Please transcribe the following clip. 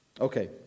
Okay